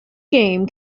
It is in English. game